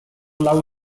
lau